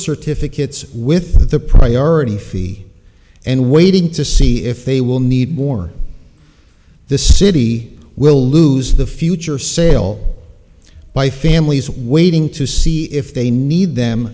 certificates with the priority phoebe and waiting to see if they will need more the city will lose the future sale by families waiting to see if they need them